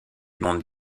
monde